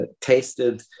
tasted